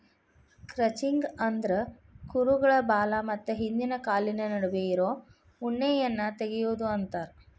crutching ಅಂದ್ರ ಕುರುಗಳ ಬಾಲ ಮತ್ತ ಹಿಂದಿನ ಕಾಲಿನ ನಡುವೆ ಇರೋ ಉಣ್ಣೆಯನ್ನ ತಗಿಯೋದು ಅಂತಾರ